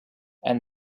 and